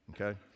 okay